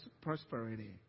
prosperity